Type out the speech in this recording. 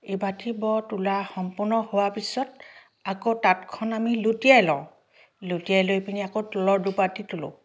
ইবাটি ব তোলা সম্পূৰ্ণ হোৱাৰ পিছত আকৌ তাঁতখন আমি লুটিয়াই লওঁ লুটিয়াই লৈ পিনি আকৌ তলৰ দুপাটি তোলোঁ